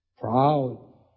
Proud